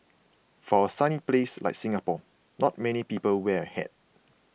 for a sunny place like Singapore not many people wear a hat